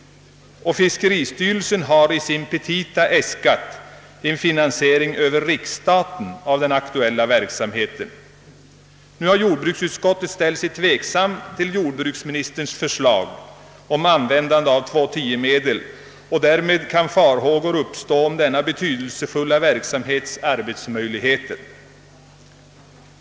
Fiskeristyrelsen har i sina petita föreslagit finansiering över riksstaten av den aktuella verksamheten. Jordbruksutskottet har ställt sig tveksamt till jordbruksministerns förslag om användande av 2: 10-medel, och det inger farhågor beträffande arbetsmöjligheterna för denna betydelsefulla verksamhet.